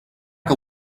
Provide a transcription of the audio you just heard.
que